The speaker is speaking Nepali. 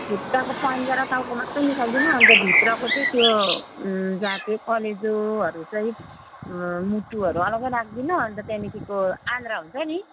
खुट्टाको पन्जा र टाउको मात्रै निकालिदिनु अन्त भित्रको चाहिँ त्यो झाते कलेजोहरू चाहिँ मुटुहरू अलगै राखिदिनु अन्त त्यहाँदेखिको आन्द्रा हुन्छ नि